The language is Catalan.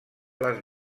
les